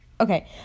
Okay